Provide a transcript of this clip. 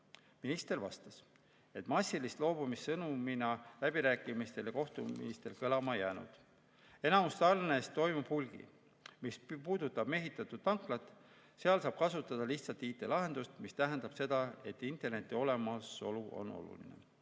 Minister vastas, et massilist loobumist sõnumina läbirääkimistel ja kohtumistel kõlama ei jäänud. Enamus tarnest toimub hulgi. Mis puudutab mehitatud tanklaid, siis seal saab kasutada lihtsat IT-lahendust, mis tähendab seda, et interneti olemasolu on oluline.